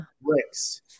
bricks